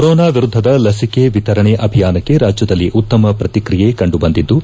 corona ವಿರುದ್ದದ ಲಸಿಕೆ ವಿತರಣೆ ಅಭಿಯಾನಕ್ಕೆ ರಾಜ್ಯದಲ್ಲಿ ಉತ್ತಮ ಪ್ರತಿಕ್ರಿಯೆ ಕಂಡುಬಂದಿದ್ದು